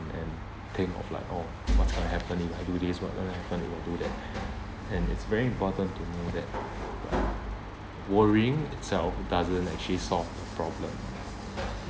and think of like oh what's gonna happen if I do this what's gonna happen if I do that and it's very important to know that like worrying itself doesn't actually solve the problem